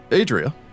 Adria